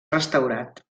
restaurat